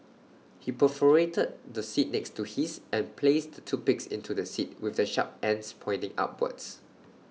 he perforated the seat next to his and placed the toothpicks into the seat with the sharp ends pointing upwards